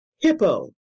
Hippo